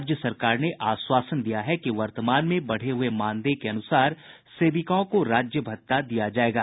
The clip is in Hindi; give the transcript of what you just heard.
राज्य सरकार ने आश्वासन दिया है कि वर्तमान में बढ़े हुये मानदेय के अनुसार सेविकाओं को राज्य भत्ता दिया जायेगा